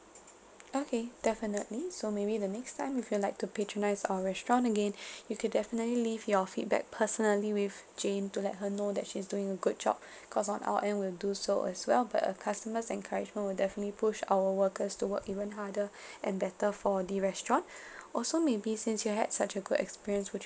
okay definitely so maybe the next time if you like to patronise our restaurant again you could definitely leave your feedback personally with jane to let her know that she's doing a good job cause on our end we'll do so as well but a customer's encouragement will definitely push our workers to work even harder and better for the restaurant also maybe since you had such a good experience would